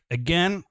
again